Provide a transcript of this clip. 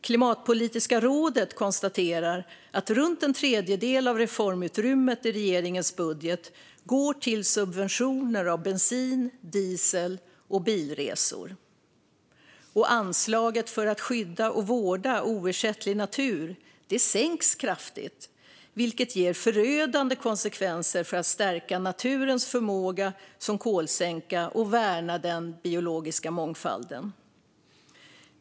Klimatpolitiska rådet konstaterar att runt en tredjedel av reformutrymmet i regeringens budget går till subventioner av bensin, diesel och bilresor. Och anslaget för att skydda och vårda oersättlig natur sänks kraftigt, vilket ger förödande konsekvenser för att stärka naturens förmåga som kolsänka och värna den biologiska mångfalden.